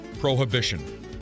Prohibition